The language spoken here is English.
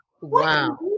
wow